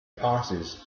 passes